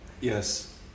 Yes